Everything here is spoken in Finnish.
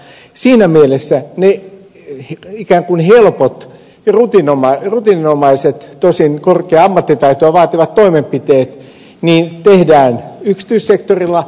siinä mielessä ikään kuin helpot rutiininomaiset tosin korkeaa ammattitaitoa vaativat toimenpiteet tehdään yksityissektorilla